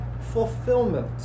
fulfillment